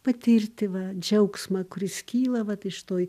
patirti va džiaugsmą kuris kyla vat iš to